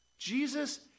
Jesus